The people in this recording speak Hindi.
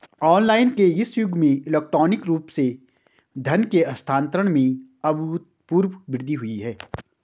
ऑनलाइन के इस युग में इलेक्ट्रॉनिक रूप से धन के हस्तांतरण में अभूतपूर्व वृद्धि हुई है